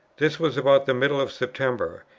this was about the middle of september.